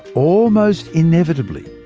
almost inevitably,